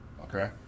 okay